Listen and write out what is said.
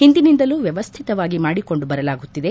ಹಿಂದಿನಿಂದಲೂ ವ್ಯವಸ್ಥಿತವಾಗಿ ಮಾಡಿಕೊಂಡು ಬರಲಾಗುತ್ತಿದೆ